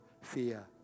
fear